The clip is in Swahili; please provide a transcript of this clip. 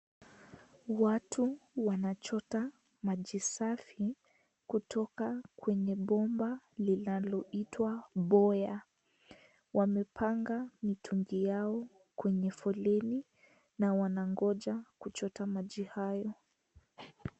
Watu wanachota maji safi kutoka kwenye bomba linaloitwa Boya. Wamepanga mitungi yao kwenye foleni na wanangoja kuchota maji hayo.